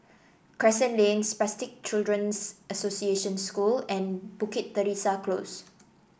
Crescent Lane Spastic Children's Association School and Bukit Teresa Close